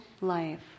life